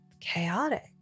chaotic